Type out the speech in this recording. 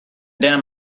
damn